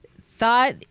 thought